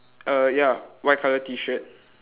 err ya white colour T shirt